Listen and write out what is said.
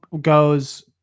goes